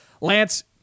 Lance